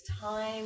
time